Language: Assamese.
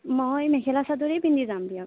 মই মেখেলা চাদৰেই পিন্ধি যাম দিয়ক